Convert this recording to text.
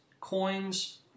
coins